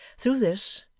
through this,